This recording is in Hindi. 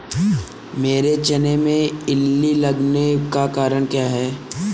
मेरे चने में इल्ली लगने का कारण क्या है?